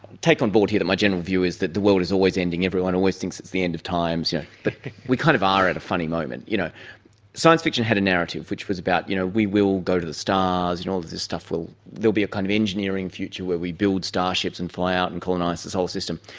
take on board here that my general view is that the world is always ending, everyone always thinks it's the end of times, yeah but we kind of are at a funny moment. you know science fiction had a narrative which was about, you know, we will go to the stars and all of this stuff will, there will be a kind of engineering future where we build starships and fly out and colonise this whole system.